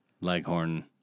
Leghorn